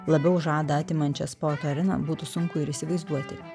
labiau žadą atimančią sporto areną būtų sunku ir įsivaizduoti